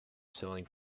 selling